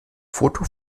foto